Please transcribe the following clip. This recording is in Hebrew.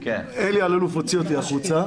אלי אלאלוף הוציא אותי החוצה.